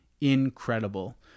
incredible